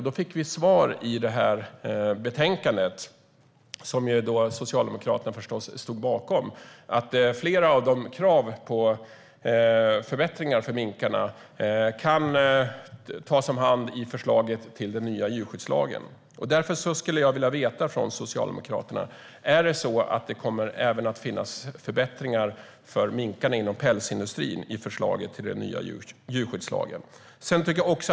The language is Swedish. Vi fick svaret i betänkandet, som Socialdemokraterna förstås stod bakom, att flera av kraven på förbättringar för minkarna kan tas om hand i förslaget till ny djurskyddslag. Därför vill jag veta av Socialdemokraterna: Kommer det att finnas förbättringar för minkarna inom pälsindustrin i förslaget till ny djurskyddslag?